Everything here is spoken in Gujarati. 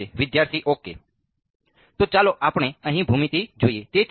વિદ્યાર્થી ઓકે તો ચાલો આપણે અહીં ભૂમિતિ જોઈએ